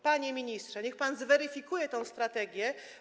Panie ministrze, niech pan zweryfikuje tę strategię.